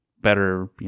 better